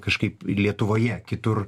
kažkaip lietuvoje kitur